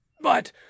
But